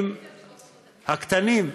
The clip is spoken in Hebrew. מהמספרים הקטנים.